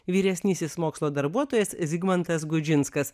vyresnysis mokslo darbuotojas zigmantas gudžinskas